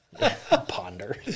Ponder